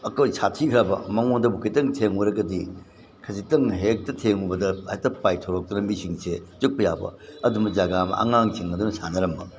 ꯑꯩꯈꯣꯏ ꯁꯥꯊꯤꯈ꯭ꯔꯕ ꯃꯉꯣꯟꯗꯕꯨ ꯈꯤꯇꯪ ꯊꯦꯡꯉꯨꯔꯒꯗꯤ ꯈꯖꯤꯛꯇꯪ ꯍꯦꯛꯇ ꯊꯦꯡꯉꯨꯕꯗ ꯍꯦꯛꯇ ꯄꯥꯏꯊꯣꯔꯛꯇꯅ ꯃꯤꯁꯤꯡꯁꯦ ꯆꯤꯛꯄ ꯌꯥꯕ ꯑꯗꯨꯝꯕ ꯖꯒꯥ ꯑꯃ ꯑꯉꯥꯡꯁꯤꯡ ꯑꯗꯨꯅ ꯁꯥꯟꯅꯔꯝꯕ